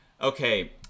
Okay